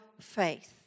faith